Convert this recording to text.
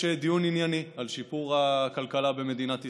דיון ענייני על שיפור הכלכלה במדינת ישראל,